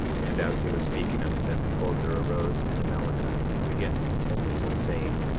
and as he was speaking unto them, behold there arose an amalekite and began to contend with him, saying